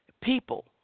People